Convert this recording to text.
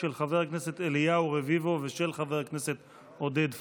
של חבר הכנסת אליהו רביבו ושל חבר הכנסת עודד פורר.